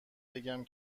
بگم